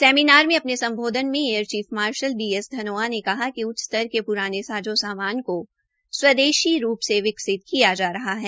seminar में अपने सम्बोधन में air chief marshal B S Dhanoa ने कहा कि उच्चतर स्तर के पुराने उपकरणों को स्वदेशी रूप से विकिसत किया जा रहा है